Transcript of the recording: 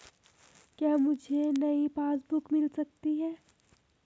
क्या मुझे नयी पासबुक बुक मिल सकती है?